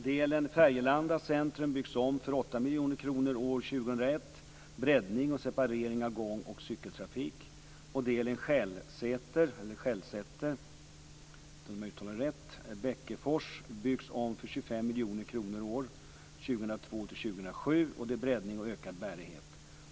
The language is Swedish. Delen Färgelanda centrum byggs om för 8 miljoner kronor år 25 miljoner kronor år 2002-2007, och det blir breddning och ökad bärighet.